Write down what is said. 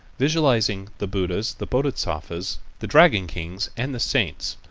visualizing the buddhas, the bodhisattvas, the dragon kings, and the saints,